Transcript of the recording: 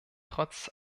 trotz